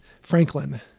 Franklin